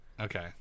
Okay